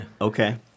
Okay